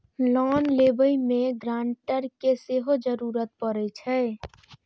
Loan लेबे में grantor के भी जरूरी परे छै?